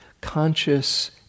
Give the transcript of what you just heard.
conscious